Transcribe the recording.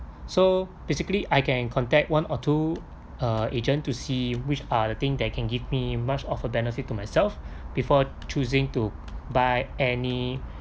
so basically I can contact one or two uh agent to see which are the thing that can give me much of a benefit to myself before choosing to buy any